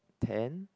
ten